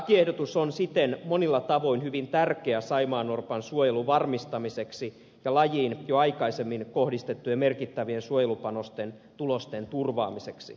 lakiehdotus on siten monilla tavoin hyvin tärkeä saimaannorpan suojelun varmistamiseksi ja lajiin jo aikaisemmin kohdistettujen merkittävien suojelupanosten tulosten turvaamiseksi